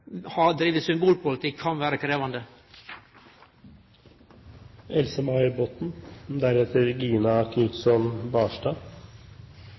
drive symbolpolitikk kan vere krevjande.